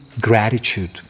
gratitude